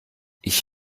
ich